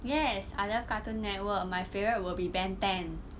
yes I love Cartoon Network my favourite will be ben ten